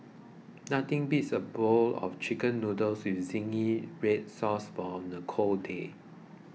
nothing beats a bowl of Chicken Noodles with Zingy Red Sauce on a cold day